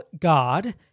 God